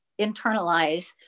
internalize